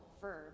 verb